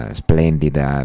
splendida